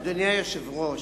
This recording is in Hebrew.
אדוני היושב-ראש,